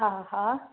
हा हा